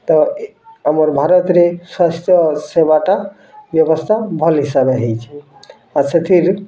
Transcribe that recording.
ତ ଏ ଆମର୍ ଭାରତରେ ସ୍ୱାସ୍ଥ୍ୟ ସେବାଟା ବ୍ୟବସ୍ଥା ଭଲ୍ ହିସାବେ ହୋଇଛି ଆଉ ସେଥିର୍